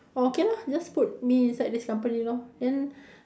oh okay lah just put me inside this company lor then